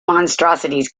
monstrosities